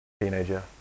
teenager